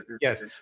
Yes